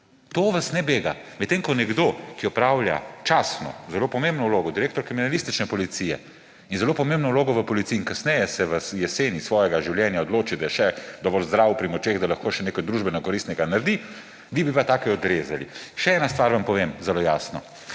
to vas ne bega; medtem ko nekdo, ki opravlja častno, zelo pomembno vlogo, direktor kriminalistične policije, in zelo pomembno vlogo v Policiji, se kasneje, v jeseni svojega življenja odloči, da je še dovolj zdrav, pri močeh, da lahko še nekaj družbenokoristnega naredi, vi bi pa take odrezali. Še eno stvar vam povem zelo jasno.